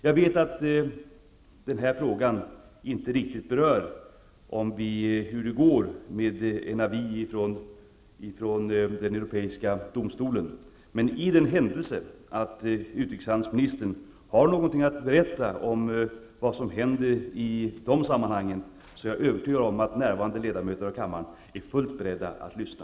Jag vet att den här frågan inte riktigt berör hur det går med en avi ifrån den europeiska domstolen. Men i den händelse av att utrikeshandelsministern har något att berätta om vad som händer i de sammanhangen är jag övertygad om att närvarande ledamöter av kammaren är fullt beredda att lyssna.